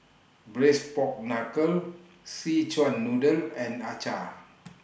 Braised Pork Knuckle Szechuan Noodle and Acar